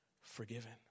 forgiven